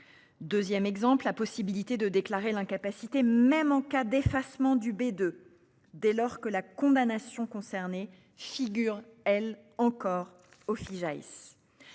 2ème. Exemple, la possibilité de déclarer l'incapacité, même en cas d'effacement du B2 dès lors que la condamnation concernés figurent elle encore au Fijais.